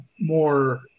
more